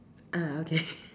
ah okay